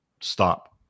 stop